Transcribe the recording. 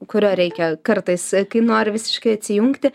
kurio reikia kartais kai nori visiškai atsijungti